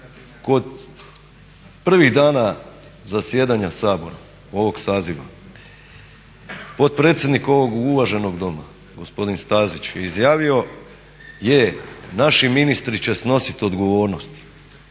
kod prvih dana zasjedanja Sabora ovog saziva potpredsjednik ovog uvaženog Doma, gospodin Stazić, izjavio je naši ministri će snositi odgovornost.